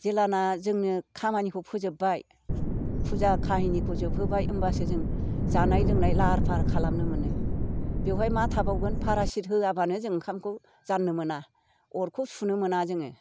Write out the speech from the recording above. जेब्लाना जोङो खामानिखौ फोजोब्बाय फुजा काहिनिखौ जोबहोबाय होनबासो जों जानाय लोंनाय लाहार फाहार खालामनो मोनो बेवहाय मा थाबावगोन पारायसिट होआबानो जों ओंखामखौ जानो मोना अरखौ सुनो मोना जोङो